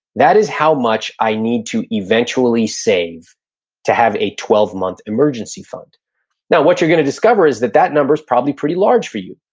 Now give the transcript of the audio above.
that is how much i need to eventually save to have a twelve month emergency fund now, what you're gonna discover is that that number's probably pretty large for you.